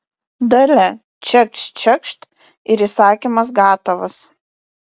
dalia čekšt čekšt ir įsakymas gatavas